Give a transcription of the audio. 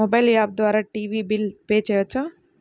Mobile app ద్వారా TV bill pay చేయవచ్చా?